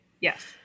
yes